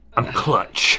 i'm clutch